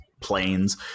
planes